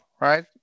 right